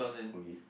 okay